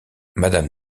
madame